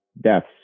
deaths